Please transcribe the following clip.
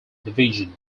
division